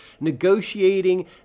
negotiating